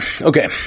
Okay